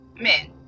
men